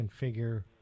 configure